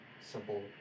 simple